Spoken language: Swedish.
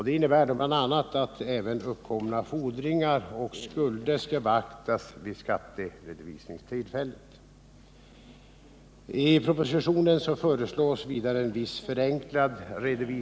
Den innebär bl.a. att även uppkomna fordringar och skulder skall beaktas vid skatteredovisningstillfället.